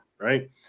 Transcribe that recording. right